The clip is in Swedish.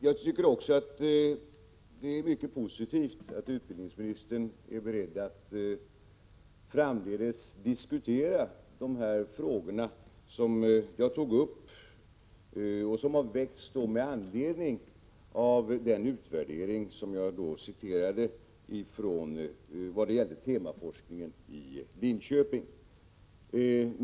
Jag tycker också att det är mycket positivt att utbildningsministern är beredd att framdeles diskutera de frågor som jag tog upp och som har väckts med anledning av den utvärdering som jag citerade ifrån temaforskningen i Linköping.